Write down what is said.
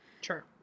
Sure